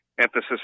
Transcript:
emphasis